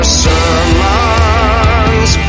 sermons